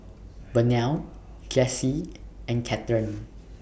Burnell Jessy and Cathern